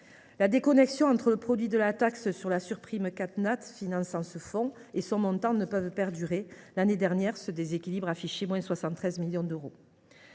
la déconnexion entre le produit de la taxe sur la surprime CatNat, finançant ce fonds, et le montant de celui ci. L’année dernière, le déséquilibre atteignait 73 millions d’euros.